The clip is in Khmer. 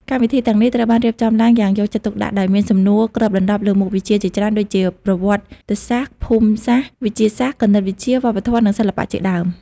កម្មវិធីទាំងនេះត្រូវបានរៀបចំឡើងយ៉ាងយកចិត្តទុកដាក់ ដោយមានសំណួរគ្របដណ្ដប់លើមុខវិជ្ជាជាច្រើនដូចជា ប្រវត្តិសាស្ត្រ ភូមិសាស្ត្រ វិទ្យាសាស្ត្រ គណិតវិទ្យា វប្បធម៌ និងសិល្បៈជាដើម។